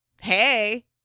Hey